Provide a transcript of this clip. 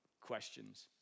questions